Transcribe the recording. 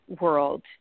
world